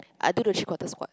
I do the three quarter squat